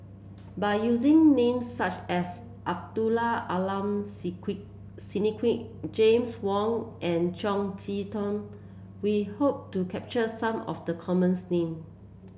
by using names such as Abdul Aleem Siddique James Wong and Chong Tze Chien we hope to capture some of the commons name